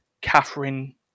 Catherine